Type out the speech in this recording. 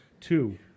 Two